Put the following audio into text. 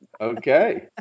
okay